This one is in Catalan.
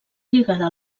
lligada